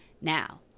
now